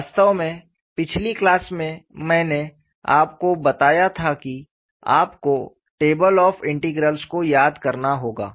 वास्तव में पिछली क्लास में मैंने आपको बताया था कि आपको टेबल ऑफ़ इंटेग्रेल्स को याद करना होगा